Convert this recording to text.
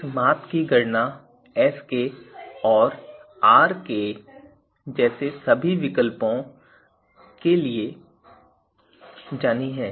इस माप की गणना Sk और Rk जैसे सभी विकल्पों के लिए की जानी है